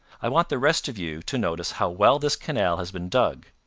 i want the rest of you to notice how well this canal has been dug.